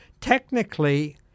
Technically